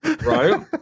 Right